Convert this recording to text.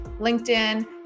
LinkedIn